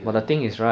ah